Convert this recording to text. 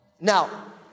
Now